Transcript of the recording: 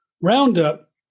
roundup